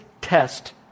test